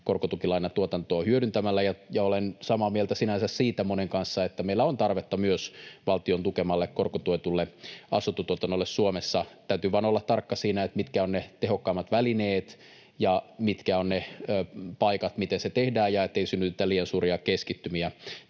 korkotukilainatuotantoa hyödyntämällä. Ja olen sinänsä samaa mieltä monen kanssa siitä, että meillä on tarvetta myös valtion tukemalle korkotuetulle asuntotuotannolle Suomessa. Täytyy vaan olla tarkka siinä, mitkä ovat ne tehokkaimmat välineet, mitkä ovat ne paikat, miten se tehdään ja miten ei synnytetä liian suuria keskittymiä